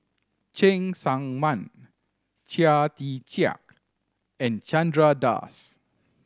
Cheng Tsang Man Chia Tee Chiak and Chandra Das